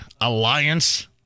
alliance